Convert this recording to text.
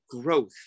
growth